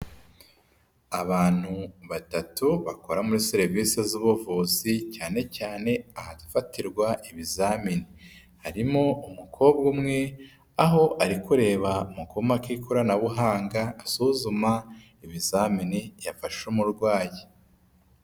Abantu batatu bakora muri serivisi z'ubuvuzi cyanecyane ahafatirwa ibizamini. Harimo umukobwa umwe aho ari kureba mu kuma k'ikoranabuhanga, asuzuma ibizamini yafashe umurwayi.